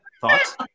Thoughts